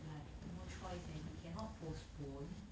like no choice eh he cannot postpone